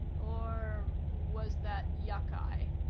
or was that yucci?